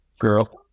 girl